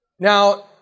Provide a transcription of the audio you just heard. Now